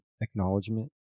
acknowledgement